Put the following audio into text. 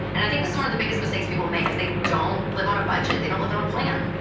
and i think this is one of the biggest mistakes people make, is they don't live on a budget. they don't live on a plan.